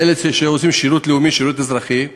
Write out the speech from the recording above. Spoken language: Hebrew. לאלה שעושים שירות לאומי ושירות אזרחי,